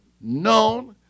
known